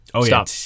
stop